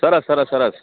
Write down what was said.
સરસ સરસ સરસ